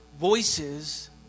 voices